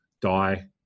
die